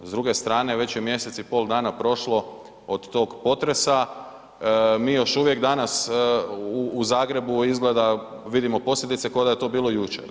S druge strane već je mjesec i pol dana prošlo od tog potresa, mi još uvijek danas u Zagrebu izgleda vidimo posljedice ko da je to bilo jučer.